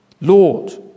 Lord